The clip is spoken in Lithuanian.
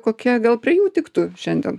kokia gal prie jų tiktų šiandien